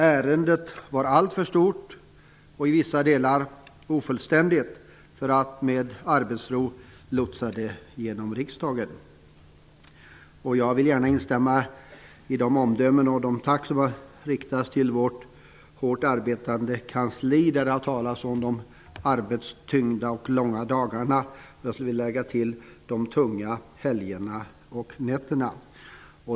Ärendet var alltför stort och i vissa delar för ofullständigt för att man med arbetsro skulle kunna lotsa det genom riksdagen. Jag vill gärna instämma i de omdömen och de tack som har riktats till vårt hårt arbetande kansli. Det har där talats om de arbetstyngda och långa debatterna. Jag skulle till det vilja lägga de tunga helgerna och nätterna.